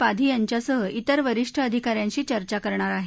पाधी यांच्यासह त्रिर वरिष्ठ अधिका यांशी चर्चा करणार आहे